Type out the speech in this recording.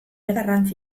garrantzi